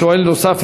של שואל נוסף.